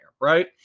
right